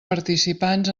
participants